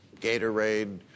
Gatorade